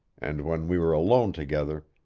and when we were alone together,